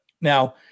Now